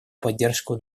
поддержку